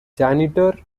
janitor